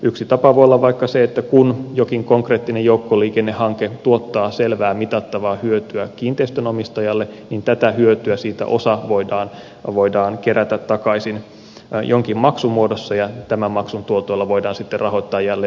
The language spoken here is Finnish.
yksi tapa voi olla vaikka se että kun jokin konkreettinen joukkoliikennehanke tuottaa selvää mitattavaa hyötyä kiinteistönomistajalle niin tästä hyödystä osa voidaan kerätä takaisin jonkin maksun muodossa ja tämän maksun tuotoilla voidaan sitten rahoittaa jälleen uusia joukkoliikennehankkeita